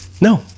No